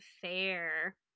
fair